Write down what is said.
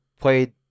played